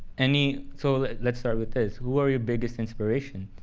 any so let's start with this. who are your biggest inspiration?